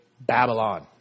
Babylon